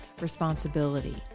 responsibility